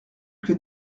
que